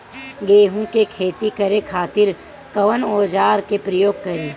गेहूं के खेती करे खातिर कवन औजार के प्रयोग करी?